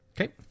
Okay